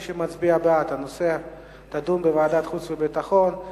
מי שמצביע בעד, הנושא יידון בוועדת חוץ וביטחון.